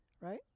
right